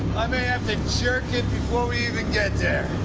i may have to jerk it before we even get there.